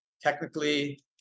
technically